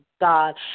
God